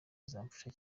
izamfasha